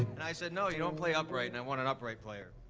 and i said, no, you don't play upright and i want an upright player.